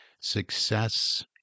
success